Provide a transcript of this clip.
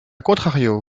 contrario